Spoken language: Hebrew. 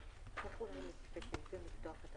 צריך אולי --- כי הם לא מספיקים --- כן,